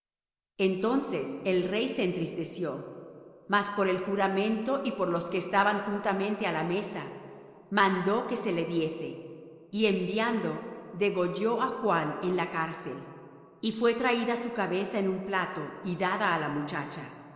entonces el rey se entristeció mas por el juramento y por los que estaban juntamente á la mesa mandó que se le diese y enviando degolló á juan en la cárcel y fué traída su cabeza en un plato y dada á la muchacha